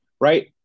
right